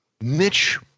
Mitch